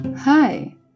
Hi